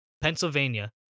Pennsylvania